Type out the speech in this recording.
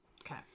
Okay